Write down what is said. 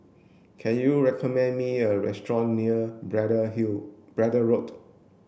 can you recommend me a restaurant near brad hill Braddell Road